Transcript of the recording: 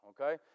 Okay